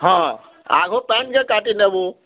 ହଁ ଆଘ ପାଏନ୍କେ କାଟିନେବୁ